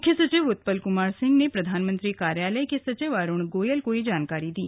मुख्य सर्चिव उत्पल कृमार सिंह ने प्रधानमंत्री कार्यालय के सचिव अरूण गोयल को र्य जानकारी दी